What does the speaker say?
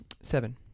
Seven